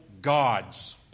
gods